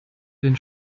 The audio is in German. den